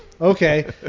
Okay